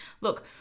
look